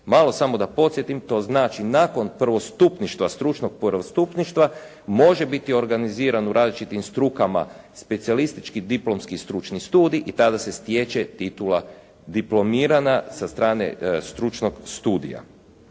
Malo samo da podsjetim, to znači nakon prvostupništva, stručnog prvostupništva može biti organiziran u različitim strukama specijalistički diplomski stručni studij i tada se stječe titula diplomirana sa strane stručnog studija.